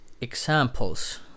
examples